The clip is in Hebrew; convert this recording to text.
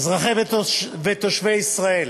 אזרחי ותושבי ישראל